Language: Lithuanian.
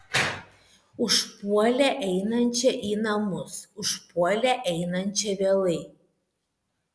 užpuolė einančią į namus užpuolė einančią vėlai